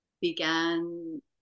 began